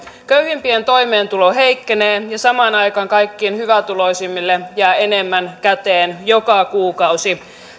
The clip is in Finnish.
köyhimpien toimeentulo heikkenee ja samaan aikaan kaikkein hyvätuloisimmille jää enemmän käteen joka kuukausi